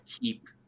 keep